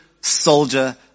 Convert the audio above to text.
soldier